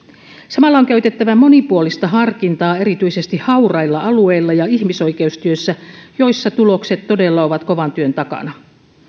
samalla on käytettävä monipuolista harkintaa erityisesti haurailla alueilla ja ihmisoikeustyössä joissa tulokset todella ovat kovan työn takana